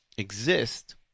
exist